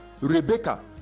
Rebecca